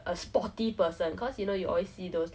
instead of like getting onto teachers nerves I guess